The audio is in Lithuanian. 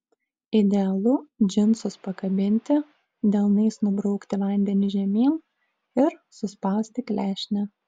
idealu džinsus pakabinti delnais nubraukti vandenį žemyn ir suspausti klešnę